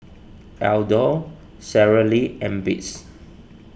Aldo Sara Lee and Beats